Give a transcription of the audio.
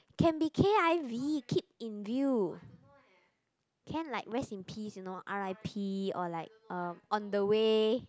can be K_I_V keep in view can like rest in peace you know R_I_P or like uh on the way